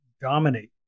dominate